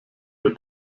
der